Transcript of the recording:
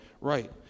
right